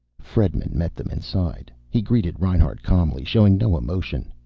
fredman met them inside. he greeted reinhart calmly, showing no emotion.